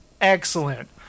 Excellent